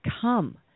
come